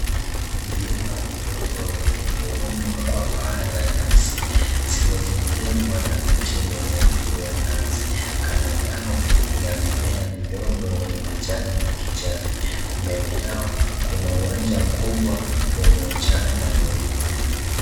Vyumba vidogo vilivyo undwa kwa paa la nyasi zimezingirwa na miti mirefu ya nazi. Kando yao kuna mimea midogo yenye majani ya kijani. Mbele yao kuna uwanja mkubwa wenye mchanga mweupe.